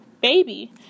baby